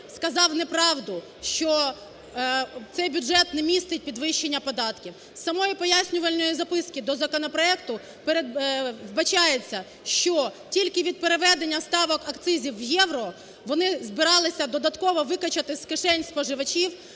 сказав неправду, що цей бюджет не містить підвищення податків. З самої пояснювальної записки до законопроекту вбачається, що тільки від переведення ставок акцизів в євро вони збирались додатково викачати з кишень споживачів